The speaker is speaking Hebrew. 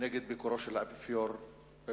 נגד ביקורו של האפיפיור בנצרת.